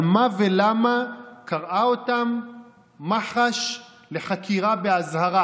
על מה ולמה קראה אותם מח"ש לחקירה באזהרה.